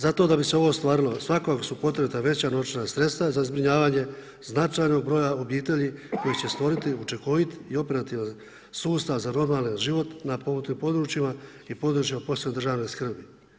Zato da bi se ovo ostvarilo, svakako su potrebita veća novčana sredstva za zbrinjavanje značajnog broja obitelji koji će stvoriti učinkovit i operativan sustav za normalan život na potpomognutim područjima i područjima posebne državne skrbi.